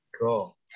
Cool